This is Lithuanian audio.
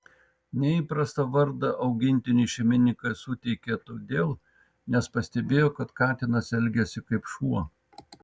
neįprastą vardą augintiniui šeimininkas suteikė todėl nes pastebėjo kad katinas elgiasi kaip šuo